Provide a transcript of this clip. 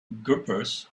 grippers